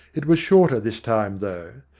it was shorter this time, though.